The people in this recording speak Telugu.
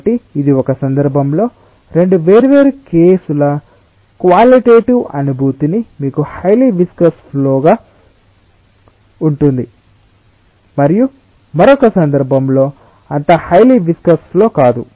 కాబట్టి ఇది ఒక సందర్భంలో 2 వేర్వేరు కేసుల క్వాలిటెటివ్ అనుభూతిని మీకు హైలి విస్కస్ ఫ్లో గా ఉంటుంది మరియు మరొక సందర్భంలో అంత హైలి విస్కస్ ఫ్లో కాదు